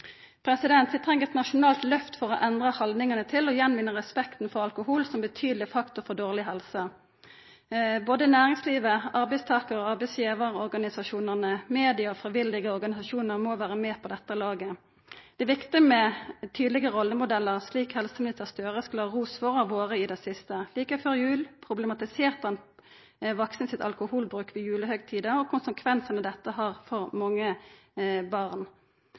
Vi treng eit nasjonalt lyft for å endra haldningane til og vinna tilbake respekten for alkohol som betydeleg faktor for dårleg helse. Både næringslivet, arbeidstakar- og arbeidsgivarorganisasjonane, media og frivillige organisasjonar må vera med på dette laget no. Det er viktig med tydelege rollemodellar, slik helseminister Gahr Støre skal ha ros for å ha vore i det siste. Like før jul problematiserte han vaksnes alkoholbruk i julehøgtida og konsekvensane dette har for mange barn.